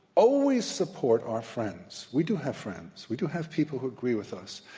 always support our friends. we do have friends. we do have people who agree with us.